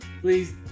please